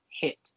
hit